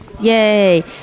Yay